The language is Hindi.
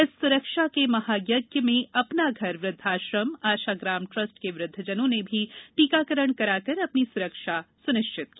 इस सुरक्षा के महायज्ञ में अपना घर वृद्ध आश्रम आशा ग्राम ट्रस्ट के वृद्धजनों ने भी टीकाकरण कराकर अपनी सुरक्षा सुनिश्चित की